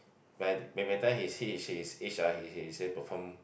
but by the time he see he sees his age ah he can still perform